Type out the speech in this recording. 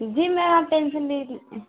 जी ma'am आप tension नहीं